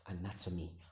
anatomy